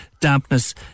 Dampness